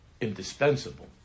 indispensable